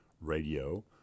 radio